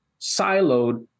siloed